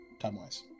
time-wise